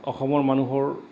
অসমৰ মানুহৰ